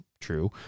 true